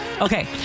Okay